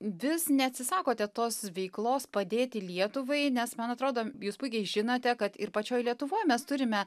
vis neatsisakote tos veiklos padėti lietuvai nes man atrodo jūs puikiai žinote kad ir pačioj lietuvoj mes turime